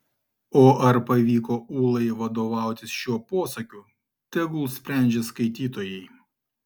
o ar pavyko ūlai vadovautis šiuo posakiu tegul sprendžia skaitytojai